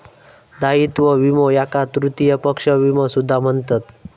दायित्व विमो याका तृतीय पक्ष विमो सुद्धा म्हणतत